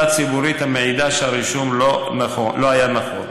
ציבורית המעידה שהרישום לא היה נכון.